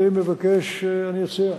אני מבקש, אני אציע,